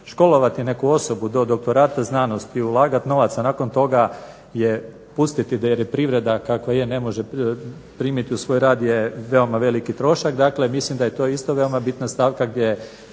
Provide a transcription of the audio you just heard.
školovati neku osobu do doktorata znanosti i ulagati novac, a nakon toga je pustiti jer je privreda kakva je ne može primiti u svoj rad je veoma veliki trošak. Dakle, mislim da je to isto veoma bitna stavka gdje